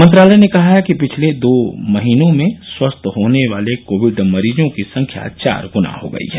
मंत्रालय ने कहा है कि पिछले दो महीनों में स्वस्थ होने वाले कोविड मरीजों की संख्या चार गुना हो गई है